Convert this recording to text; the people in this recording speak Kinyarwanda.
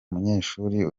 munyeshuri